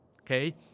Okay